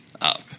up